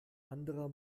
anderer